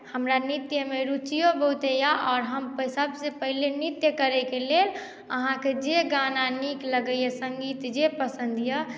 हमरा नृत्यमे रुचियो बहुत यए आओर हम सभसँ पहिने नृत्य करयके लेल अहाँकेँ जे गाना नीक लगैए सङ्गीत जे पसन्द यए